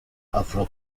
afro